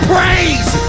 Praise